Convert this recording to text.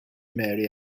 mary